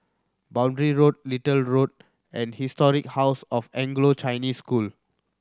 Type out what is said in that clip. Boundary Road Little Road and Historic House of Anglo Chinese School